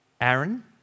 Aaron